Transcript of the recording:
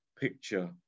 picture